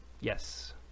Yes